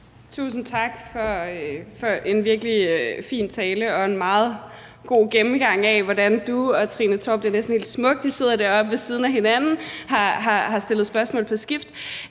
Tusind tak for en virkelig fin tale og en meget god gennemgang af, hvordan du og Trine Torp – det er næsten helt smukt, at I er deroppe ved siden af hinanden – har stillet spørgsmål på skift.